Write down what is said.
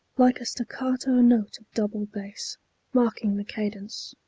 like a staccato note of double bass marking the cadence.